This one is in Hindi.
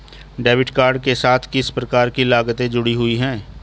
डेबिट कार्ड के साथ किस प्रकार की लागतें जुड़ी हुई हैं?